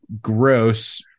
gross